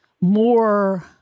more